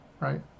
right